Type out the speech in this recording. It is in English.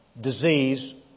disease